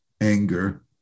anger